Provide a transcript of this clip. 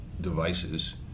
devices